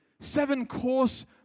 seven-course